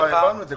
כבר העברנו את זה.